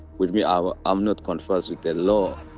with me, ah ah i'm not conversed with the law.